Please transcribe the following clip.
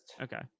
Okay